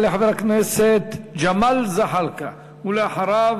יעלה חבר הכנסת ג'מאל זחאלקה, ואחריו,